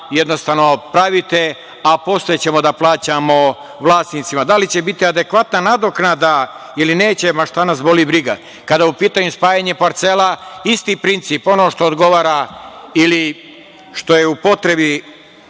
jednostavno pravite, a posle ćemo da plaćamo vlasnicima. Da li će biti adekvatna nadoknada ili neće, ma šta nas boli briga. Kada je u pitanju spajanja parcela, isti princip, ono što odgovara ili što je u potrebi